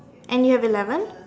and you have eleven